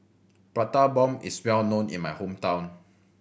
Prata Bomb is well known in my hometown